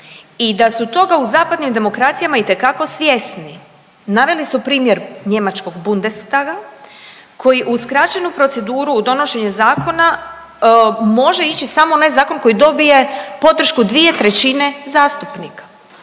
i da su toga u zapadnim demokracijama itekako svjesni, naveli su primjer njemačkog Bundestaga koji u skraćenu proceduru u donošenje zakona može ići samo onaj zakon koji dobije podršku 2/3 zastupnika,